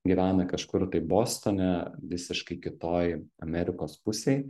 gyvena kažkur tai bostone visiškai kitoj amerikos pusėj